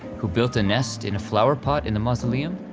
who built a nest in a flower pot in a mausoleum?